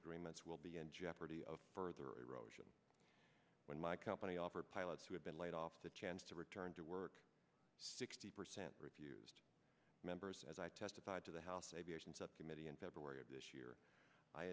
agreements will be in jeopardy of further erosion when my company offered pilots who had been laid off the chance to return to work sixty percent refused members as i testified to the house aviation subcommittee in february of this year i